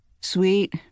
sweet